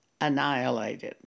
annihilated